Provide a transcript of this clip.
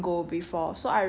like 一天